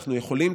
אנחנו יכולים,